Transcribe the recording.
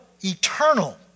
eternal